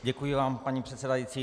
Děkuji vám, paní předsedající.